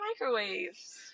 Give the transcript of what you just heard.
microwaves